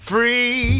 Free